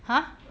ha